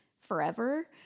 forever